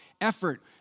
effort